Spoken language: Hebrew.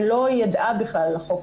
שלא ידעה בכלל על החוק.